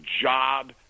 job